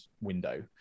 window